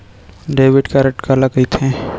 Debit card काला कहिथे?